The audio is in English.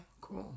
cool